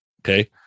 Okay